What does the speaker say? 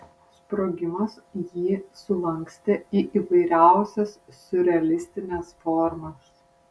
sprogimas jį sulankstė į įvairiausias siurrealistines formas